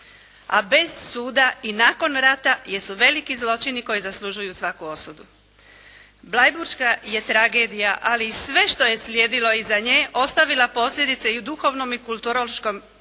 a bez suda i nakon rata jer su veliki zločini koji zaslužuju svaku osudu. Bleiburška je tragedija, ali i sve što je slijedilo iza nje, ostavila posljedice i u duhovnom i kulturološkom tkivu